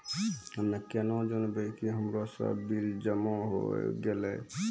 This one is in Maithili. हम्मे केना जानबै कि हमरो सब बिल जमा होय गैलै?